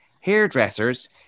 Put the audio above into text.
hairdressers